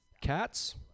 Cats